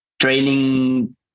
training